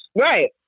Right